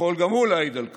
יכול גם הוא להעיד על כך.